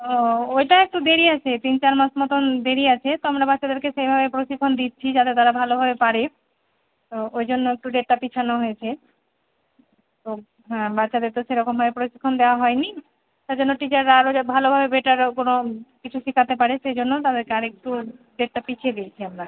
ও ওইটা একটু দেরি আছে তিন চার মাস মতন দেরি আছে তো আমরা বাচ্চাদেরকে সেভাবে প্রশিক্ষণ দিচ্ছি যাতে তারা ভালোভাবে পারে ও ওই জন্য একটু ডেটটা পিছানো হয়েছে ও হ্যাঁ বাচ্চাদের তো সেরকমভাবে প্রশিক্ষণ দেওয়া হয় নি তার জন্য টিচাররা আরও যা ভালো করে বেটার কোনো কিছু শিখাতে পারে সে জন্য তাদেরকে আর একটু ডেটটা পিছিয়ে দিয়েছি আমরা